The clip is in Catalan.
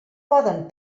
poden